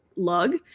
lug